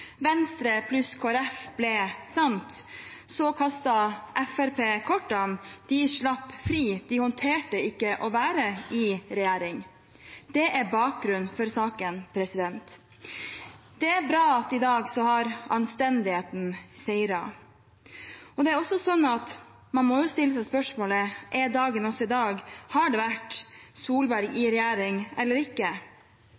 Venstre pluss Kristelig Folkeparti ble sant, så kastet Fremskrittspartiet kortene – de slapp fri, de håndterte ikke å være i regjering. Det er bakgrunnen for saken. Det er bra at anstendigheten i dag har seiret, og det er også sånn at man måtte stille seg spørsmålet: Er dagen i dag med Solberg i regjering eller ikke? Fremskrittspartiet sa i